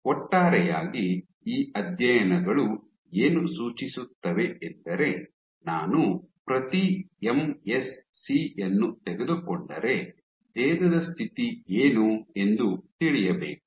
ಒಟ್ಟಾರೆಯಾಗಿ ಈ ಅಧ್ಯಯನಗಳು ಏನು ಸೂಚಿಸುತ್ತವೆ ಎಂದರೆ ನಾನು ಪ್ರತಿ ಎಂಎಸ್ಸಿ ಯನ್ನು ತೆಗೆದುಕೊಂಡರೆ ಭೇದದ ಸ್ಥಿತಿ ಏನು ಎಂದು ತಿಳಿಯಬೇಕು